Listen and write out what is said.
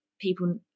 people